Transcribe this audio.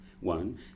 one